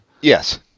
Yes